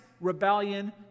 rebellion